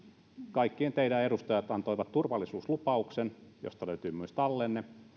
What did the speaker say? kaikkien teidän edustajat antoivat turvallisuuslupauksen josta löytyy myös tallenne